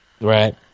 Right